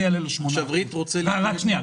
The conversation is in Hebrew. זה יעלה לו 8%. אם ריט רוצה --- רק שנייה.